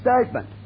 statement